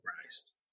Christ